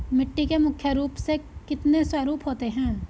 मिट्टी के मुख्य रूप से कितने स्वरूप होते हैं?